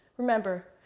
remember,